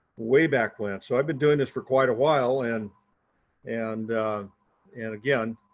way back when. so i've been doing this for quite a while and and and again,